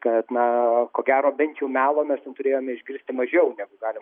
kad na ko gero bent jau melo mes ten turėjome išgirsti mažiau negu galima